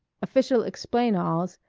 official explain-alls,